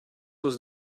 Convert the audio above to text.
was